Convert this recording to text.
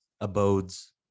Abodes